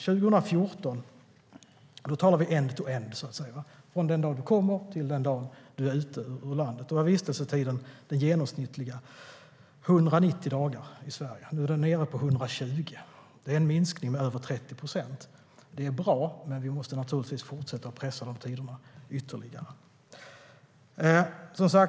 Den genomsnittliga vistelsetiden 2014 från det att man kom hit till dess att man var ute ur landet uppgick till 190 dagar. Nu har tiden minskat till 120 dagar. Det är en minskning med över 30 procent. Det är bra, men vi måste naturligtvis fortsätta att pressa ned tiderna ytterligare.